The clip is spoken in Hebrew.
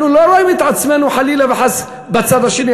אנחנו לא רואים את עצמנו, חלילה וחס, בצד השני.